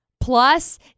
Plus